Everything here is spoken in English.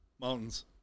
Mountains